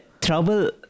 trouble